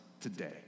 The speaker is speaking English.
today